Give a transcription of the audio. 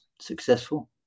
successful